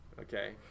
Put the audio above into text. okay